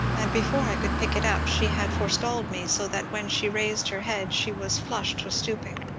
and before i could pick it up she had forestalled me, so that when she raised her head she was flushed with stooping.